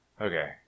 Okay